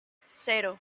cero